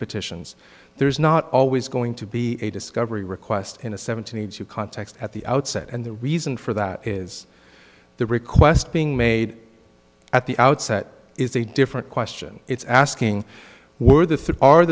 petitions there is not always going to be a discovery request in a seventy two context at the outset and the reason for that is the request being made at the outset is a different question it's asking where the